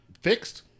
fixed